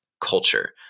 culture